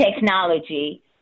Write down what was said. technology